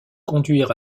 conduire